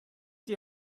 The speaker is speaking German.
die